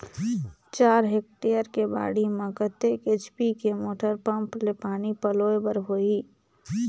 चार हेक्टेयर के बाड़ी म कतेक एच.पी के मोटर पम्म ले पानी पलोय बर होही?